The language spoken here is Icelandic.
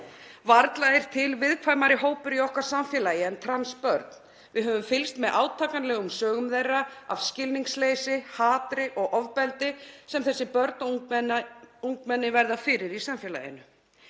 Varla er til viðkvæmari hópur í okkar samfélagi en trans börn. Við höfum fylgst með átakanlegum sögum þeirra af skilningsleysi, hatri og ofbeldi sem þessi börn og ungmenni verða fyrir í samfélaginu.